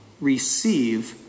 receive